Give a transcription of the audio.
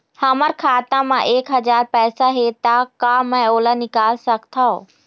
हमर खाता मा एक हजार पैसा हे ता का मैं ओला निकाल सकथव?